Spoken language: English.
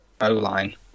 O-line